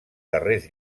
darrers